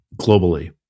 globally